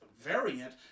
variant—